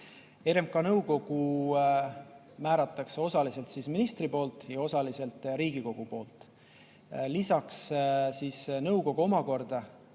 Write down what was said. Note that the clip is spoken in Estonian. RMK nõukogu määratakse osaliselt ministri poolt ja osaliselt Riigikogu poolt. Lisaks nõukogu omakorda